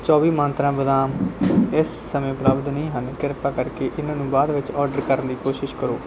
ਚੌਵੀ ਮੰਤਰਾਂ ਬਦਾਮ ਇਸ ਸਮੇਂ ਉਪਲੱਬਧ ਨਹੀਂ ਹਨ ਕ੍ਰਿਪਾ ਕਰਕੇ ਇਹਨਾਂ ਨੂੰ ਬਾਅਦ ਵਿੱਚ ਆਰਡਰ ਕਰਨ ਦੀ ਕੋਸ਼ਿਸ਼ ਕਰੋ